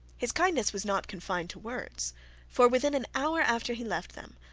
his kindness was not confined to words for within an hour after he left them,